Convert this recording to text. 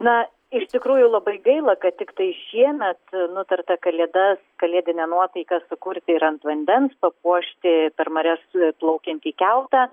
na iš tikrųjų labai gaila kad tiktai šiemet nutarta kalėdas kalėdinę nuotaiką sukurti ir ant vandens papuošti per marias plaukiantį keltą